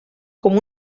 com